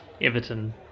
Everton